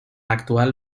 actual